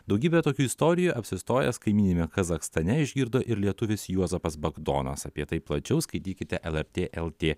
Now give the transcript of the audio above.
daugybę tokių istorijų apsistojęs kaimyniniame kazachstane išgirdo ir lietuvis juozapas bagdonas apie tai plačiau skaitykite lrt lt